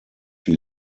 die